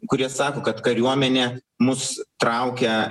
kurie sako kad kariuomenė mus traukia